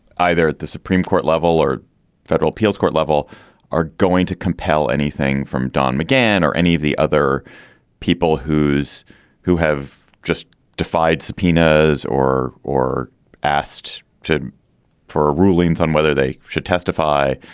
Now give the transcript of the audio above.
either at the supreme court level or federal appeals court level are going to compel anything from don mcgann or any of the other people who's who have just defied subpoenas or or asked to for rulings on whether they should testify?